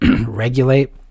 regulate